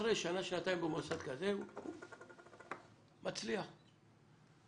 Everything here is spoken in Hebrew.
אחרי שנה-שנתיים במוסד כזה הוא מצליח גם.